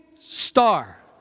star